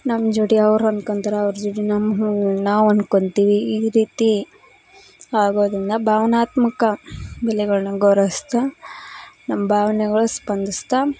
ನಮ್ಮ ಜೋಡಿ ಅವ್ರು ಹೊಂದ್ಕೊಂತಾರೆ ಅವ್ರ ಜೋಡಿ ನಮ್ಮ ಹೂ ನಾವು ಹೊನ್ಕೊಂತಿವಿ ಈ ರೀತಿ ಆಗೋದನ್ನು ಭಾವನಾತ್ಮಕ ಬೆಲೆಗಳನ್ನ ಗೌರವಿಸ್ತಾ ನಮ್ಮ ಭಾವನೆಗಳು ಸ್ಪಂದಿಸ್ತಾ